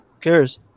cares